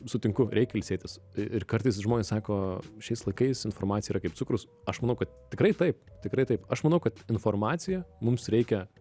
sutinku reikia ilsėtis ir ir kartais žmonės sako šiais laikais informacija yra kaip cukrus aš manau kad tikrai taip tikrai taip aš manau kad informaciją mums reikia